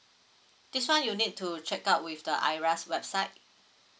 this [one] you need to check out with the IRAS website